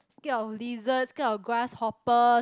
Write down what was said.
scared of lizard scared of grasshopper